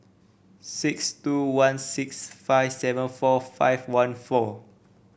six two one six five seven four five one four